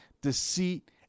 deceit